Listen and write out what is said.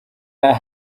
that